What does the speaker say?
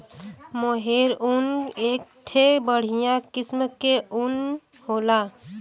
मोहेर ऊन एक ठे बढ़िया किस्म के ऊन होला